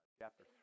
Chapter